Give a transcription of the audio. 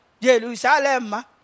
Jerusalem